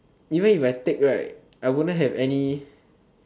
even if I take right I wouldn't have any